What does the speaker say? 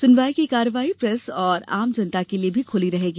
सुनवाई की कार्यवाही प्रेस और आम जनता के लिये भी खुली रहेगी